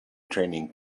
training